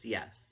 Yes